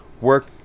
work